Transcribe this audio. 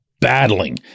battling